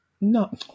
No